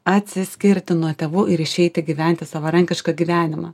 atsiskirti nuo tėvų ir išeiti gyventi savarankišką gyvenimą